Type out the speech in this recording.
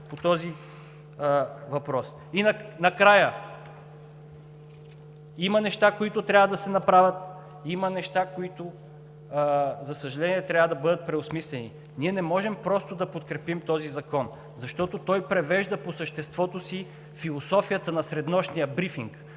И накрая. Има неща, които трябва да се направят, има неща, които, за съжаление, трябва да бъдат преосмислени. Ние не можем просто да подкрепим този закон, защото той превежда по съществото си философията на среднощния брифинг,